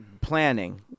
planning